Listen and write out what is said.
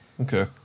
Okay